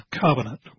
Covenant